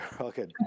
okay